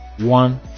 one